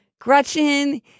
Gretchen